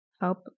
help